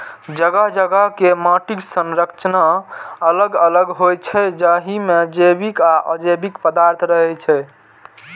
जगह जगह के माटिक संरचना अलग अलग होइ छै, जाहि मे जैविक आ अजैविक पदार्थ रहै छै